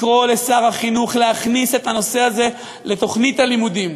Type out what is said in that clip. לקרוא לשר החינוך להכניס את הנושא הזה לתוכנית הלימודים.